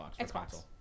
Xbox